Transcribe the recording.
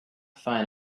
find